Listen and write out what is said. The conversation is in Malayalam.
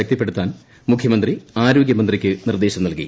ശക്തിപ്പെടുത്താൻ മുഖ്യമന്ത്രി ആരോഗ്യമന്ത്രിയ്ക്ക് നിർദ്ദേശം നൽകി